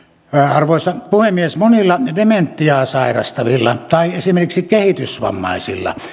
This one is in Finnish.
arvoisa puhemies monilla dementiaa sairastavilla tai esimerkiksi kehitysvammaisilla